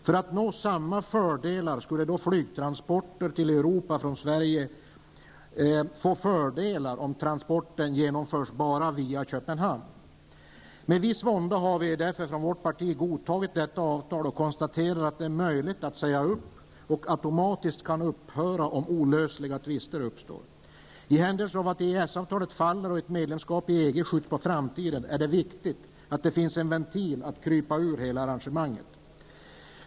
För att nå samma fördelar skulle då flygtransporter till Europa från Sverige få fördelar om transporterna genomförs enbart via Med en viss vånda har vi i vårt parti därför godtagit detta avtal och konstaterar att det är möjligt att säga upp avtalet, och att det automatiskt kan upphöra om olösliga tvister uppstår. I händelse av att EES-avtalet faller och ett medlemsskap i EG skjuts på framtiden är det viktigt att det finns en ventil för att krypa ur hela arrangemanget.